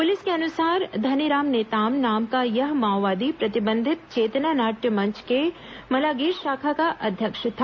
police के अनुसार धनीराम नेताम नाम का यह प्रतिबंधित चेतना नाटय मंच के मलागीर शाखा का अध्यक्ष था